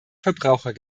verbraucher